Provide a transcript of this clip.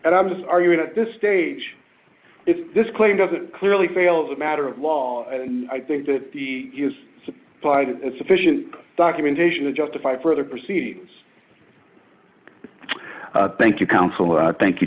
and i'm just arguing at this stage if this claim doesn't clearly fails a matter of law and i think that the supply sufficient documentation to justify further proceedings thank you counsel thank